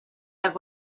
have